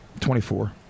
24